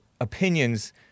opinions